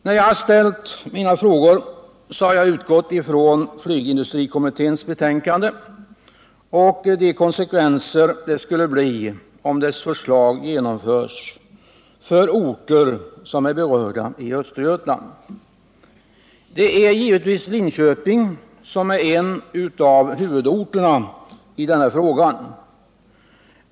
När jag ställde mina frågor utgick jag ifrån flygindustrikommitténs betänkande och konsekvenserna av förslagets genomförande när det gäller de orter i Östergötland som skulle beröras. Linköping är givetvis en av huvudorterna i detta fall.